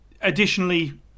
additionally